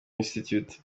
institute